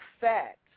fact